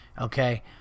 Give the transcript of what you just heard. okay